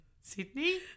Sydney